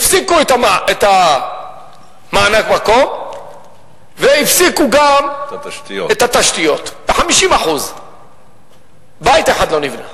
הפסיקו את מענק המקום והפסיקו גם את התשתיות ב-50% בית אחד לא נבנה.